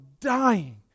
dying